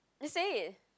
he saying